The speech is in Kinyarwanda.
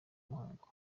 muhango